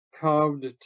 carved